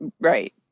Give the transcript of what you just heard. Right